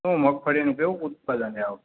શું મગફળીનું કેવું ઉત્પાદન છે આ વખતે